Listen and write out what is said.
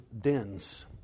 dens